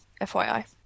FYI